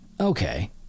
Okay